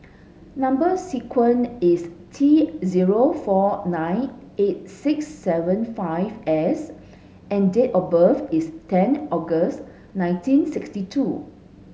number sequence is T zero four nine eight six seven five S and date of birth is ten August nineteen sixty two